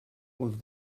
with